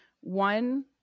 one